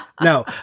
No